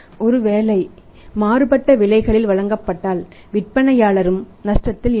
ஒருவேளை மாறுபட்ட விலைகளில் வழங்கப்பட்டால் விற்பனையாளரும் நஷ்டத்தில் இல்லை